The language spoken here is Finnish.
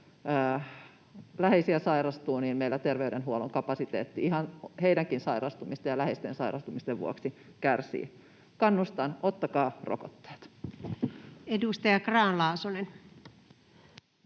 jos läheisiä sairastuu, meillä terveydenhuollon kapasiteetti ihan heidänkin sairastumisten ja läheisten sairastumisten vuoksi kärsii. Kannustan: ottakaa rokotteet. [Speech 17] Speaker: